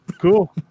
Cool